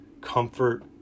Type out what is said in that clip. comfort